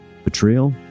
betrayal